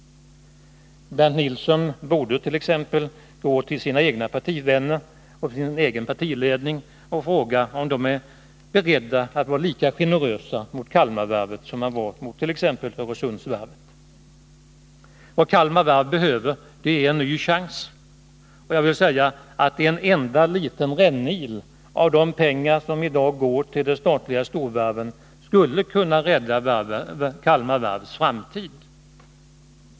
Bernt Nilsson borde t.ex. gå till sina egna partivänner och sin egen partiledning och fråga om de är beredda att vara lika generösa mot Kalmar Varv som man var mot Öresundsvarvet. Vad Kalmar Varv behöver är en ny chans. En enda liten rännil av de pengar som i dag går till de statliga storvarven skulle kunna rädda Kalmar Varvs framtid.